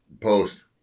Post